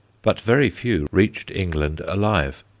but very few reached england alive.